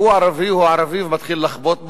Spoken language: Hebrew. הוא ערבי, הוא ערבי, ומתחיל לחבוט בו.